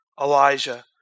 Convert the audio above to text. Elijah